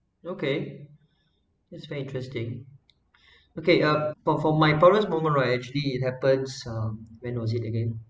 okay that's very interesting okay uh for for my proudest moment actually it happens um when was it again